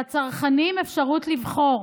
לצרכנים, אפשרות לבחור.